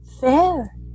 fair